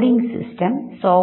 എനിക്ക് സുഖമാണ് എന്നിങ്ങനെ